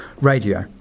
Radio